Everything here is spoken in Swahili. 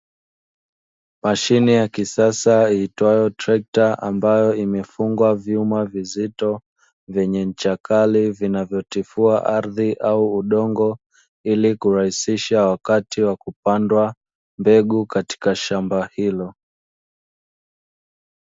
Mashine ya kisasa iitwayo trekta ambayo imefungwa vyuma vizito venye ncha kali vinavyotifua ardi au udongo. Ili kurahisisha wakati wa kupandwa mbegu katika shamba hilo.